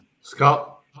Scott